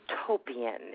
utopian